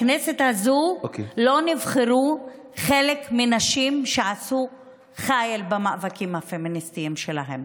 בכנסת הזאת לא נבחרו חלק מהנשים שעשו חיל במאבקים הפמיניסטיים שלהן,